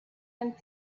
and